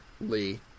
Lee